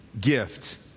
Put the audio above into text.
gift